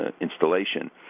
installation